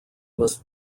must